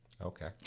Okay